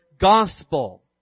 gospel